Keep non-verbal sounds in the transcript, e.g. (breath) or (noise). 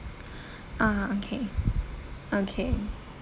(breath) ah okay okay